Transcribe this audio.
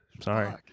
Sorry